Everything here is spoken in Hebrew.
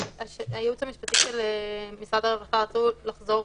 הייעוץ המשפטי של משרד הרווחה רצו לחזור